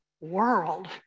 world